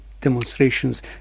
demonstrations